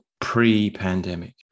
pre-pandemic